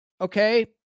Okay